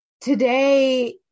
Today